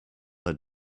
had